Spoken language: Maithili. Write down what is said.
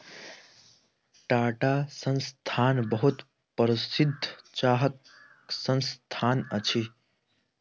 टाटा संस्थान बहुत प्रसिद्ध चाहक संस्थान अछि